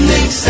Mix